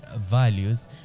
values